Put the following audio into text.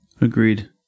Agreed